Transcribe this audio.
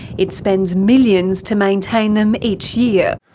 it spends millions to maintain them each year.